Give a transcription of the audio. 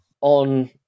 On